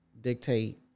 dictate